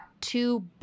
two –